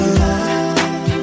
love